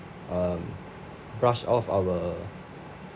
uh brushed off our